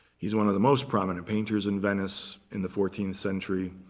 he's one of the most prominent painters in venice in the fourteenth century.